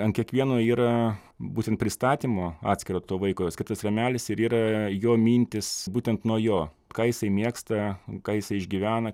ant kiekvieno yra būtent pristatymo atskiro to vaiko skirtas rėmelis ir yra jo mintys būtent nuo jo ką jisai mėgsta ką jisai išgyvena